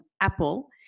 Apple